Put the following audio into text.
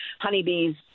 honeybees